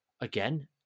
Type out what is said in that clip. again